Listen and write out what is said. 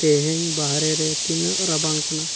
ᱛᱮᱦᱮᱧ ᱵᱟᱦᱨᱮ ᱨᱮ ᱛᱤᱱᱟᱹᱜ ᱨᱟᱵᱟᱝ ᱠᱟᱱᱟ